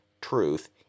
truth